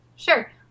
Sure